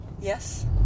Yes